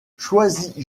choisis